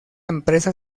empresa